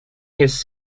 his